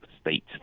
state